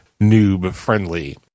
noob-friendly